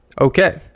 Okay